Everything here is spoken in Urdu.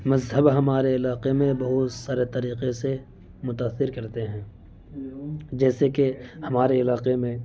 مذہب ہمارے علاقہ میں بہت سارے طریقے سے متاثر کرتے ہیں جیسے کہ ہمارے علاقہ میں